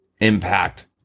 impact